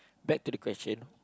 back to the question